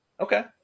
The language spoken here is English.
okay